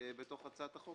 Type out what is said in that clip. בהצעת החוק.